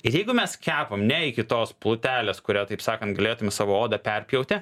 ir jeigu mes kepam nei iki kitos plotelės kuria taip sakant galėtume savo odą perpjauti